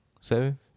Seven